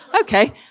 okay